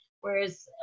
Whereas